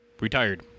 Retired